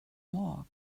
more